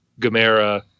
Gamera –